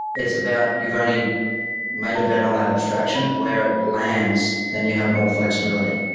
it's about you've only made a bet on that abstraction. where it lands, then you have more flexibility.